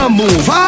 move